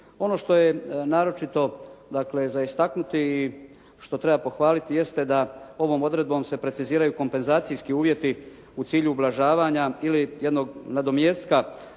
Ono što je naročito dakle za istaknuti i što treba pohvaliti jeste da ovom odredbom se preciziraju kompenzacijski uvjeti u cilju ublažavanja ili jednog nadomjestka